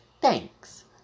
thanks